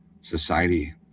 society